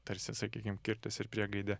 tarsi sakykim kirtis ir priegaidė